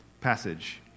passage